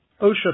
OSHA